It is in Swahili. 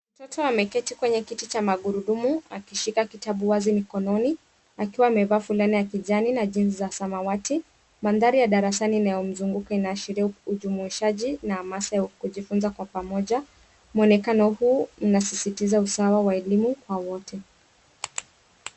Mtoto ameketi kwenye Kiti cha Magurudumu akishika kitabu wazi mkononi akiwa amevaa fulana ya kijani na jinsi za samawati. Mandhari ya darasani inayozunguka inaashiria ujumuishaji na amasa ya kujifunza pamoja. Muonekano huu unasisitiza usawa wa elimu kwa wote.